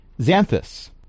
Xanthus